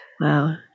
Wow